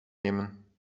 nemen